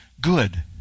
good